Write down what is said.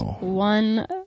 one